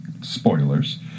spoilers